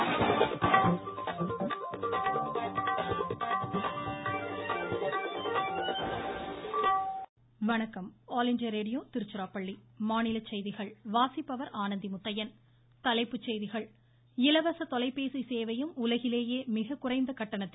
Parameswaran All India Radio Tiruchirappalli மாநிலச் செய்திகள் தலைப்புச் செய்திகள் இலவச தொலைபேசி சேவையும் உலகிலேயே மிகக்குறைந்த கட்டணத்தில்